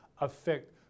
affect